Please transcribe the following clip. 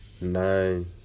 nine